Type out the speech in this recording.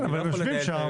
כן, אבל הם יושבים שם.